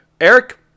Eric